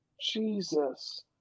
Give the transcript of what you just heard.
Jesus